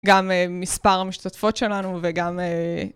גם מספר המשתתפות שלנו וגם